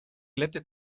glätte